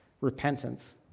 repentance